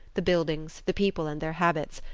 the buildings, the people and their habits,